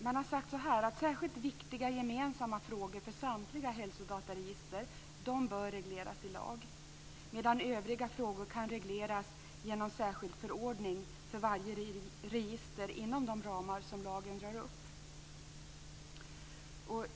Man har sagt att särskilt viktiga och gemensamma frågor för samtliga hälsodataregister bör regleras i lag, medan övriga frågor kan regleras genom särskild förordning för varje register inom de ramar som lagen drar upp.